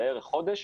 בערך חודש,